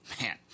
Man